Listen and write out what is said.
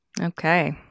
Okay